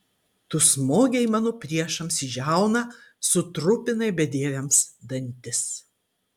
tu smogei mano priešams į žiauną sutrupinai bedieviams dantis